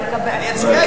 אני אצביע אתך,